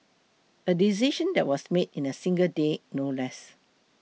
a decision that was made in a single day no less